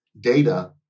data